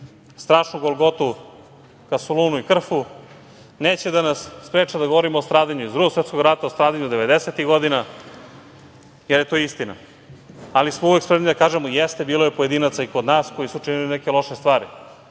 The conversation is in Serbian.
strašnu golgotu ka Solunu i Krfu, neće nas sprečiti da govorimo o stradanju iz Drugog svetskog rata, o stradanju devedesetih godina, jer je to istina. Ali, uvek smo spremni da kažemo – jeste, bilo je pojedinaca i kod nas koji su činili neke loše stvari,